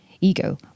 ego